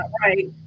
right